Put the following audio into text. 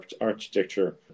architecture